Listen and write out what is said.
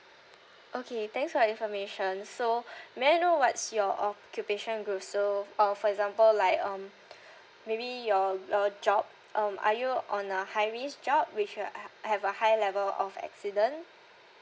okay thanks for your information so may I know what's your occupation also uh for example like um maybe your uh job um are you on a high risk job which your are h~ h~ have a high level of accident